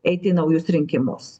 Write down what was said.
eit į naujus rinkimus